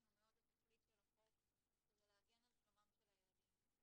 לנו התכלית של החוק שהיא להגן על שלומם של הילדים.